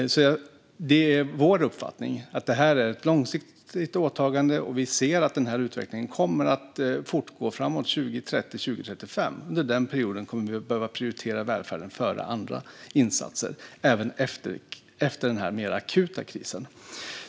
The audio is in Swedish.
Det är vår uppfattning att detta är ett långsiktigt åtagande, och vi ser att denna utveckling kommer att fortgå framåt 2030-2035. Under denna period kommer vi att behöva prioritera välfärden före andra insatser, även efter denna mer akuta kris.